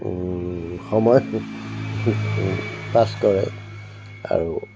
সময় পাছ কৰে আৰু